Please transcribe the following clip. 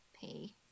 pay